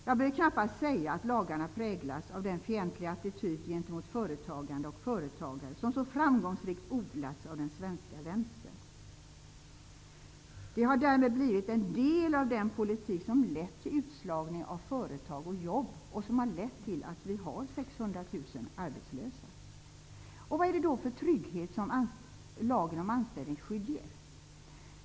Jag behöver knappast säga att lagarna präglas av den fientliga attityd, gentemot företagande och företagare, som så framgångsrikt odlats av den svenska vänstern. De har därmed blivit en del av den politik som har lett till utslagning av företag och jobb, en politik som lett till 600 000 arbetslösa i Vad är det då för trygghet lagen om anställningsskydd ger?